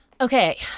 Okay